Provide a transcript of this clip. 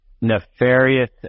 nefarious